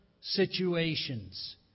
situations